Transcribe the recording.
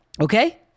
Okay